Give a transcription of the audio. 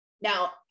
Now